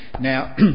now